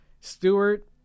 Stewart